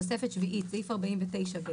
תוספת שביעית (סעיף 49(ב))